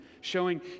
showing